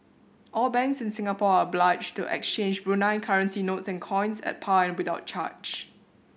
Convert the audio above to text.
all banks in Singapore are obliged to exchange Brunei currency notes and coins at par and without charge